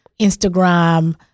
Instagram